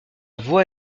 voie